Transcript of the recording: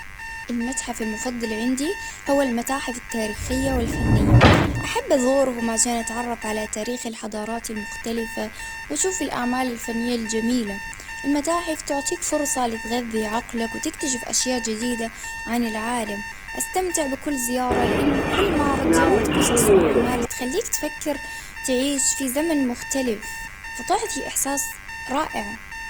المتحف المفضل عندي هو المتاحف التاريخية والفنية، أحب أزورهم عشان أتعرف على تاريخ الحضارات المختلفة ،وشوف الأعمال الفنية الجميلة، المتاحف تعطيك فرصة لتغذي عقلك وتكتشف أشياء جديدة عن العالم، أستمتع بكل زيارة لإن كل معرض يعرض قصص وأعمال تخليك تفكر تعيش في زمن مختلف، تعطيك إحساس رائع.